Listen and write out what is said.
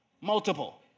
Multiple